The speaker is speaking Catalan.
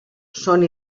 són